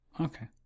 Okay